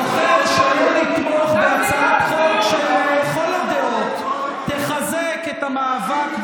בוחר שלא לתמוך בהצעת חוק שלכל הדעות תחזק את המאבק באפליה,